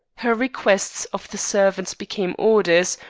her requests of the servants became orders,